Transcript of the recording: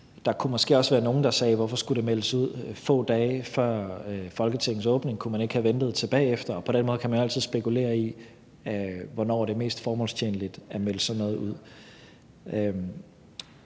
Der kunne måske også være nogen, der sagde: Hvorfor skulle det meldes ud få dage før Folketingets åbning; kunne man ikke have ventet til bagefter? Og på den måde kan man jo altid spekulere i, hvornår det er mest formålstjenligt at melde sådan noget ud.